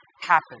happen